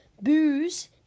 Booze